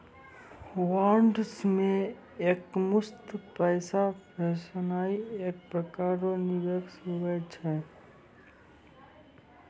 bond मे एकमुस्त पैसा फसैनाइ एक प्रकार रो निवेश हुवै छै